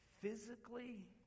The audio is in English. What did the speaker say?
physically